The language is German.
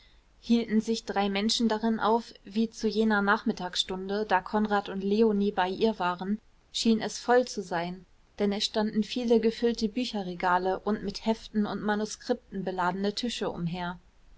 hielten sich drei menschen darin auf wie zu jener nachmittagsstunde da konrad und leonie bei ihr waren schien es voll zu sein denn es standen viele gefüllte bücherregale und mit heften und manuskripten beladene tische umher